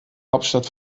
hauptstadt